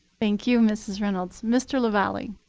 thank you, mrs. reynolds. mr. lavalley.